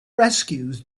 rescues